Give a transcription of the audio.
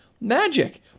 Magic